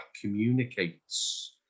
communicates